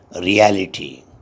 reality